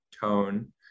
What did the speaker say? tone